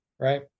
right